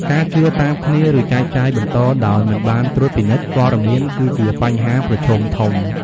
ការ ជឿតាមគ្នា ឬចែកចាយបន្តដោយមិនបានត្រួតពិនិត្យ ព័ត៌មាន គឺជាបញ្ហាប្រឈមធំ។